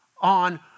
on